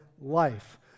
life